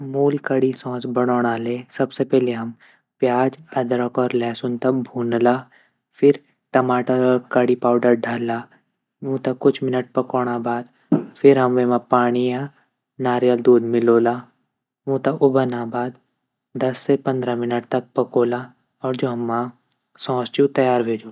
मूल curry sauce बणोंणा ले सबसे पैली हम प्याज़ अदरक और लहसुन त भून ला फिर टमाटर और करी पाउडर डाला ऊँ त कुछ मिनट पकोंणा बाद फिर हम वेमा पाणी या नारियल दूध मिलोन्ला ऊँ त उबालना बाद दस से पंद्रा मिनट तक पकोंला और जू हमा सॉस ची ऊ तैयार वे जोलू।